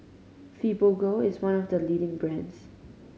Fibogel is one of the leading brands